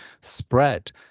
spread